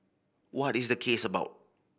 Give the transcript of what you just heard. what is the case about